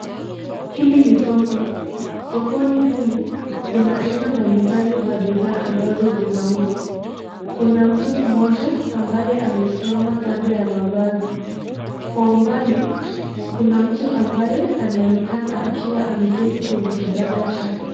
Hili ni soko. Sokoni humu kuna aina mbalimbali za bidhaa ambazo zinauzwa. Kuna mtu mmoja ambaye amesimama kando ya mavazi. Kwa umbali, kuna mtu ambaye anaonekana akiwa ameketi kwenye kibanda chake.